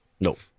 Nope